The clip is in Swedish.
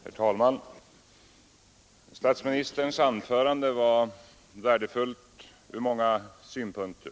Herr talman! Statsministerns anförande var värdefullt från många synpunkter.